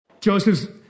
Joseph